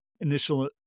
initial